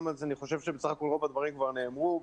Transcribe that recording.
אני חושב שבסך הכול רוב הדברים כבר נאמרו.